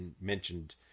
mentioned